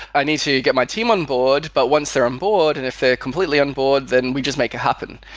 i need to get my team onboard but once they're onboard and if they're completely onboard, then we just make it happen.